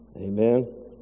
Amen